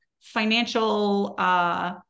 financial